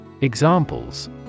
Examples